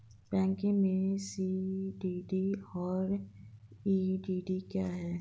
Banking में CDD और EDD क्या हैं?